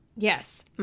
Yes